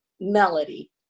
Melody